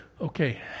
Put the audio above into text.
Okay